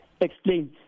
explain